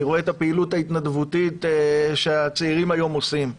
אני רואה את הפעילות ההתנדבותית שהצעירים היום עושים.